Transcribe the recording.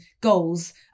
goals